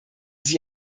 sich